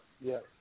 yes